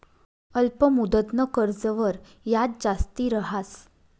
अल्प मुदतनं कर्जवर याज जास्ती रहास